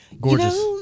Gorgeous